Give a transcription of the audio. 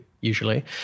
usually